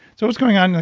so, what's going on? ah